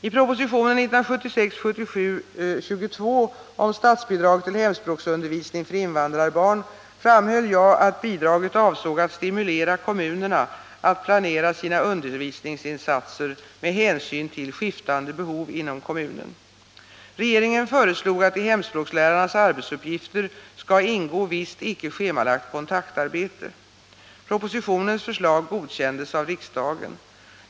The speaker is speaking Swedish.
I propositionen 1976/77:22 om statsbidrag till hemspråksundervisning för invandrarbarn framhöll jag att bidraget avsåg att stimulera kommunerna att planera sina undervisningsinsatser med hänsyn till skiftande behov inom kommunen. Regeringen föreslog att i hemspråkslärarnas arbetsuppgifter skall ingå visst icke schemalagt kontaktarbete. Propositionens förslag godkändes av riksdagen.